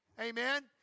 Amen